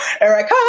Erica